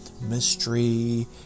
mystery